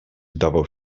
dawał